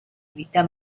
vita